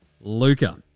Luca